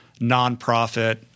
nonprofit